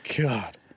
God